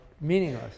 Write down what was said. meaningless